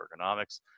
ergonomics